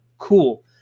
cool